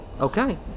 Okay